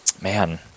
man